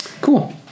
cool